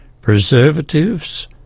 preservatives